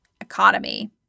economy